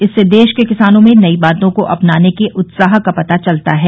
इससे देश के किसानों में नई बातों को अपनाने के उत्साह का पता चलता है